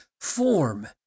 form